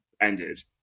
ended